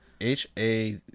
H-A